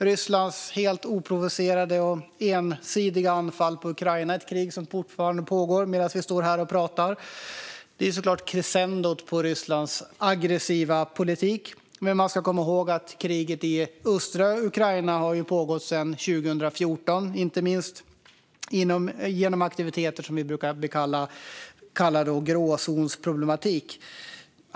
Rysslands helt oprovocerade och ensidiga anfall på Ukraina, ett krig som fortfarande pågår medan vi står här och pratar, är såklart crescendot på Rysslands aggressiva politik. Men vi ska komma ihåg att kriget i östra Ukraina har pågått sedan 2014, inte minst genom aktiviteter som vi brukar kalla gråzonsproblematik.